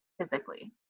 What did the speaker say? physically